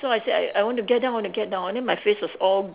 so I said I I want to get down I want to get down and then my face was all